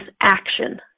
action